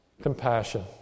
compassion